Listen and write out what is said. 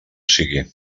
sigui